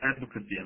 advocacy